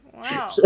wow